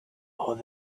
hold